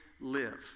live